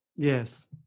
yes